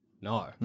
No